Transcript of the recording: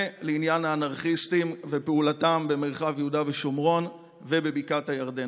ולעניין האנרכיסטים ופעולתם במרחב יהודה ושומרון ובבקעת הירדן.